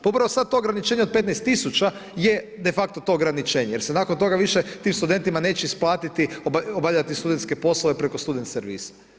Pa upravo sada to ograničenje od 15 tisuća je de facto to ograničenje jer se nakon toga više tim studentima neće isplatiti obavljati studentske poslove preko studen servisa.